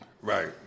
Right